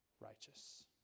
righteous